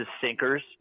sinkers